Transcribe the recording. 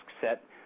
set